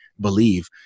believe